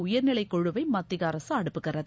உயர்நிலை குழுவை மத்திய அரசு அனுப்புகிறது